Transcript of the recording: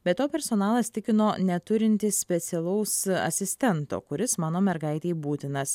be to personalas tikino neturintis specialaus asistento kuris mano mergaitei būtinas